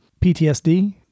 PTSD